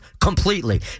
completely